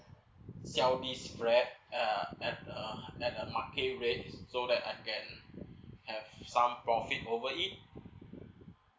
sell this flat uh at uh at uh market rate so that I can have some profit over it